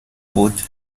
بود